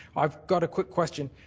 i've got a quick question.